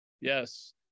Yes